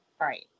right